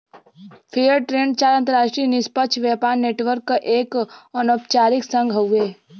fair trade चार अंतरराष्ट्रीय निष्पक्ष व्यापार नेटवर्क क एक अनौपचारिक संघ हउवे